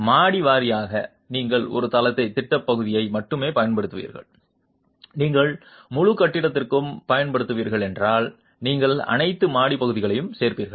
மாடி வாரியாக நீங்கள் ஒரு தளத்தின் திட்ட பகுதியை மட்டுமே பயன்படுத்துவீர்கள் நீங்கள் முழு கட்டிடத்திற்கும் பயன்படுத்துகிறீர்கள் என்றால் நீங்கள் அனைத்து மாடி பகுதிகளையும் சேர்ப்பீர்கள்